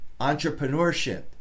entrepreneurship